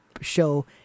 show